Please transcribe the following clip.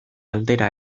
aldera